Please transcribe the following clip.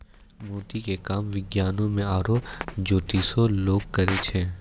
मोती के काम विज्ञानोॅ में आरो जोतिसें लोग करै छै